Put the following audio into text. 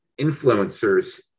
influencers